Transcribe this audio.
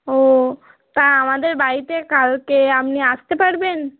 ও তা আমাদের বাড়িতে কালকে আপনি আসতে পারবেন